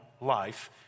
life